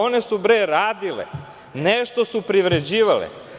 One su radile, nešto su privređivale.